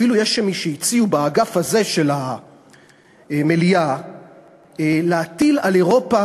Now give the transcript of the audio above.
אפילו יש מי שהציעו באגף הזה של המליאה להטיל על אירופה,